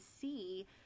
see